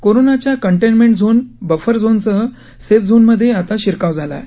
कोरोनाच्या containment zone buffer झोनसह safe झोनमध्येही शिरकाव झाला आहे